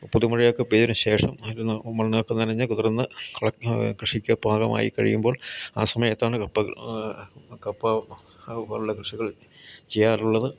പുതുമഴയൊക്കെ പെയ്തതിനുശേഷം ഒരു മണ്ണൊക്കെ നനഞ്ഞു കുതിർന്ന് കൃഷിയ്ക്ക് പാകമായി കഴിയുമ്പോൾ ആ സമയത്താണ് കപ്പ കപ്പപോലുള്ള കൃഷികൾ ചെയ്യാറുള്ളത്